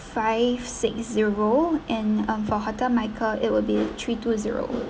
five six zero and um for hotel michael it will be three to zero